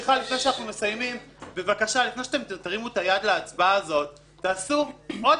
לפני שתרימו את היד להצבעה הזאת תעשו עוד